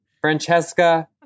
Francesca